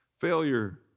Failure